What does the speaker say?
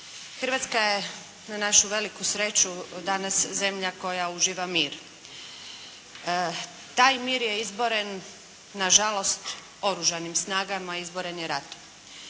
Hrvatska je na našu veliku sreću danas zemlja koja uživa mir. Taj mir je izboren nažalost oružanim snagama, izboren je ratom